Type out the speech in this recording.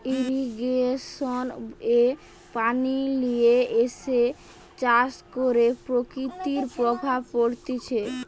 irrigation এ পানি লিয়ে এসে চাষ করে প্রকৃতির প্রভাব পড়তিছে